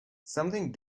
something